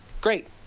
Great